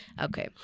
Okay